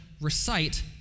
recite